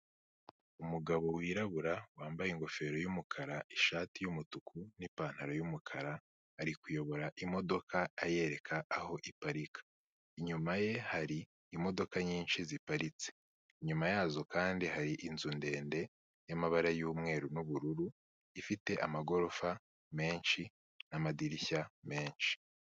Umugabo wirabura, wambaye ingofero y'umukara, ishati y'umutuku n'ipantaro y'umukara, ari kuyobora imodoka ayereka aho iparika, inyuma ye hari imodoka nyinshi ziparitse, inyuma yazo kandi hari inzu ndende y'amabara y'umweru n'ubururu, ifite amagorofa menshi n'amadirishya menshi.